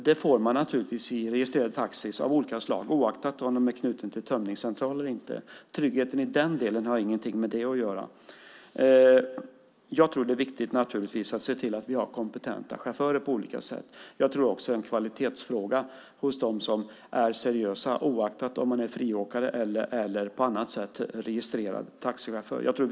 Det får man i registrerade taxibilar av olika slag, oavsett om de är knutna till en tömningscentral eller inte. Tryggheten i den delen har inget med tömningscentraler att göra. Vi måste se till att ha kompetenta chaufförer. Det är också en kvalitetsfråga hos dem som är seriösa, oavsett om man är friåkare eller på annat sätt registrerad taxichaufför.